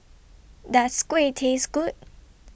Does Kuih Taste Good